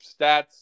stats